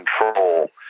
control